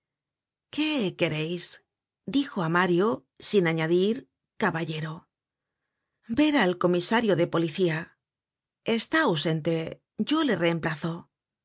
qué quereis dijo á mario sin añadir caballero ver al comisario de policía está ausente yo le reemplazo